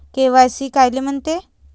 KYC कायले म्हनते?